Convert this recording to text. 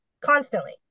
constantly